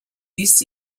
this